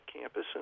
campus